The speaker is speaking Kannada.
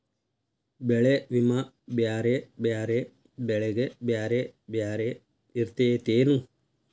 ಬೆಳೆ ವಿಮಾ ಬ್ಯಾರೆ ಬ್ಯಾರೆ ಬೆಳೆಗೆ ಬ್ಯಾರೆ ಬ್ಯಾರೆ ಇರ್ತೇತೆನು?